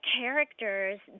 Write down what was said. characters